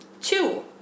Two